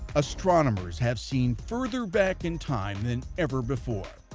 astronomers have seen further back in time than ever before.